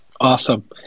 Awesome